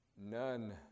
None